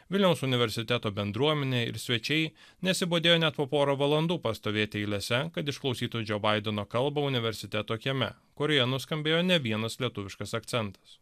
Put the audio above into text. vilniaus universiteto bendruomenė ir svečiai nesibodėjo net po porą valandų pastovėti eilėse kad išklausytų džo baideno kalbą universiteto kieme kurioje nuskambėjo ne vienas lietuviškas akcentas